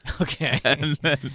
Okay